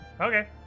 Okay